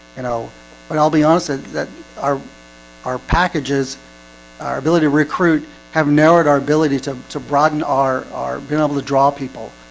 you know but i'll be honest said that our our packages our ability to recruit have narrowed our ability to to broaden our are being able to draw people